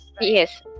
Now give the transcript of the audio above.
yes